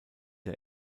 der